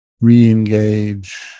re-engage